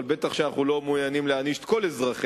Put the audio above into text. אבל בטח שאנחנו לא מעוניינים להעניש את כל אזרחי